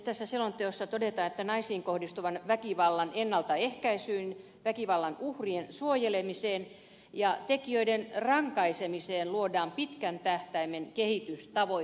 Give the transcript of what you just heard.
tässä selonteossa todetaan että naisiin kohdistuvan väkivallan ennaltaehkäisyyn väkivallan uhrien suojelemiseen ja tekijöiden rankaisemiseen luodaan pitkän tähtäimen kehitystavoitteet